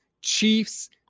Chiefs